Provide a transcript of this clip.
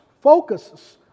focuses